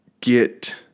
get